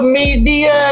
media